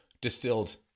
distilled